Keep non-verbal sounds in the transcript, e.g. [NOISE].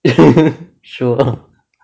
[LAUGHS] sure